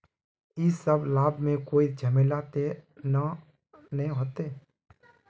इ सब लाभ में कोई झमेला ते नय ने होते?